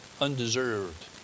undeserved